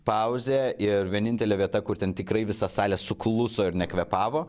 pauzė ir vienintelė vieta kur ten tikrai visa salė sukluso ir nekvėpavo